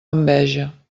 enveja